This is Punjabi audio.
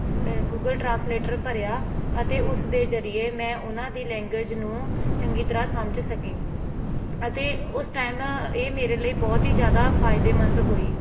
ਗੂਗਲ ਟਰਾਂਸਲੇਟਰ ਭਰਿਆ ਅਤੇ ਉਸ ਦੇ ਜ਼ਰੀਏ ਮੈਂ ਉਹਨਾਂ ਦੀ ਲੈਂਗੁਏਜ ਨੂੰ ਚੰਗੀ ਤਰ੍ਹਾਂ ਸਮਝ ਸਕੀ ਅਤੇ ਉਸ ਟਾਈਮ ਇਹ ਮੇਰੇ ਲਈ ਬਹੁਤ ਹੀ ਜ਼ਿਆਦਾ ਫਾਇਦੇਮੰਦ ਹੋਈ